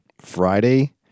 Friday